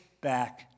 back